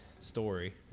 story